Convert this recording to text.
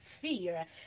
fear